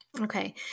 Okay